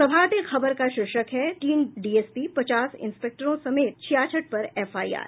प्रभात खबर का शीर्षक है तीन डीएसपी पचास इंस्पेक्टरों समेत छियासठ पर एफआईआर